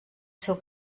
seu